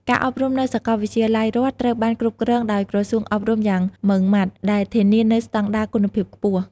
ការអប់រំនៅសាកលវិទ្យាល័យរដ្ឋត្រូវបានគ្រប់គ្រងដោយក្រសួងអប់រំយ៉ាងម៉ឺងម៉ាត់ ដែលធានានូវស្តង់ដារគុណភាពខ្ពស់។